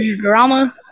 drama